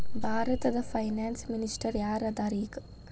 ಭಾರತದ finance minister ಯಾರ್ ಅದರ ಈಗ?